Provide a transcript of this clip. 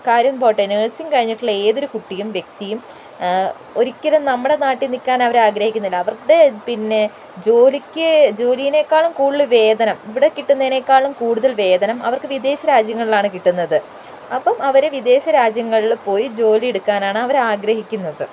കാര്യം പോകട്ടെ നഴ്സിങ്ങ് കഴിഞ്ഞിട്ടുള്ള ഏതൊരു കുട്ടിയും വ്യക്തിയും ഒരിക്കലും നമ്മുടെ നാട്ടിൽ നിൽക്കാൻ അവർ ആഗ്രഹിക്കുന്നില്ല അവരുടെ പിന്നെ ജോലിയ്ക്ക് ജോലിയിനേക്കാളും കൂടുതൽ വേതനം ഇവിടെ കിട്ടുന്നതിനേക്കാളും കൂടുതൽ വേതനം അവർക്ക് വിദേശ രാജ്യങ്ങളിലാണ് കിട്ടുന്നത് അപ്പം അവർ വിദേശ രാജ്യങ്ങളിൽ പോയി ജോലിയെടുക്കാനാണ് അവർ ആഗ്രഹിക്കുന്നത്